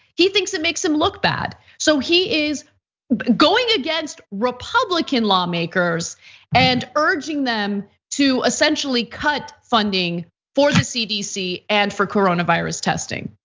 he thinks it makes him look bad. so he is going against republican lawmakers and urging them to essentially cut funding for the cdc and for coronavirus testing.